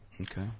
Okay